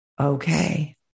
Okay